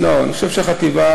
אני חושב שהחטיבה,